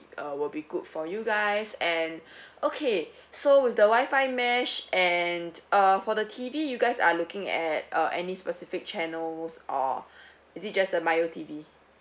uh will be good for you guys and okay so with the wifi mash and uh for the T_V you guys are looking at uh any specific channels or is it just the mio T_V